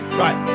right